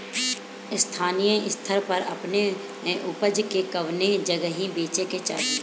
स्थानीय स्तर पर अपने ऊपज के कवने जगही बेचे के चाही?